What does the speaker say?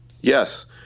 Yes